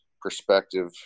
perspective